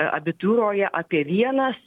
abitūroje apie vienas